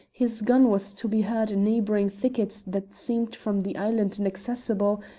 his gun was to be heard in neighbouring thickets that seemed from the island inaccessible,